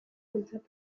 bultzatu